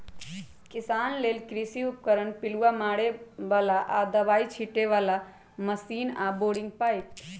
किसान लेल कृषि उपकरण पिलुआ मारे बला आऽ दबाइ छिटे बला मशीन आऽ बोरिंग पाइप